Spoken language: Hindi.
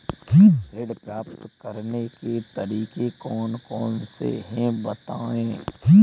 ऋण प्राप्त करने के तरीके कौन कौन से हैं बताएँ?